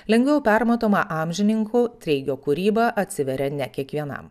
lengviau permatomą amžininkų treigio kūrybą atsiveria ne kiekvienam